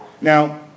Now